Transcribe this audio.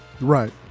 right